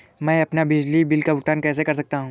मैं अपने बिजली बिल का भुगतान कैसे कर सकता हूँ?